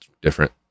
different